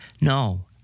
No